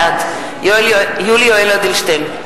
בעד יולי יואל אדלשטיין,